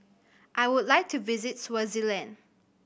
I would like to visit Swaziland